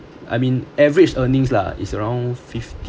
I mean average earnings lah it's around fifty